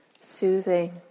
soothing